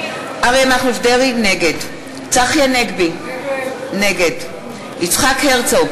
נגד צחי הנגבי, נגד יצחק הרצוג,